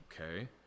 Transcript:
okay